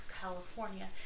California